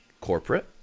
corporate